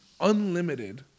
unlimited